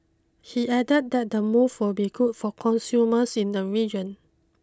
he added that the move will be good for consumers in the region